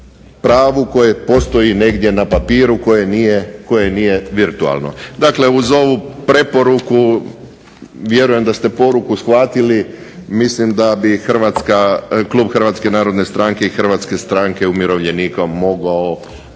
pravu koje postoji negdje na papiru koje nije virtualno. Dakle, uz ovu preporuku vjerujem da ste poruku shvatili. Mislim da bi klub HNS-HSU mogao podržati ova dva prijedloga